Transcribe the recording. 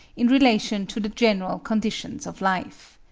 in relation to the general conditions of life.